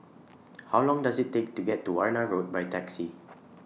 How Long Does IT Take to get to Warna Road By Taxi